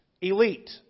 elite